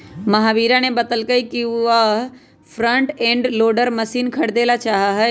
महावीरा ने बतल कई कि वह फ्रंट एंड लोडर मशीन खरीदेला चाहा हई